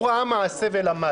הוא ראה מה עשה ולמד.